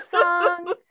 song